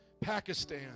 Pakistan